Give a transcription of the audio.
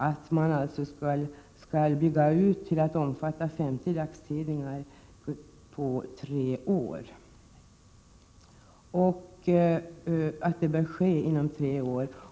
Utbyggnaden av utgivningen till att omfatta 50 dagstidningar skall alltså ske på tre år.